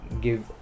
give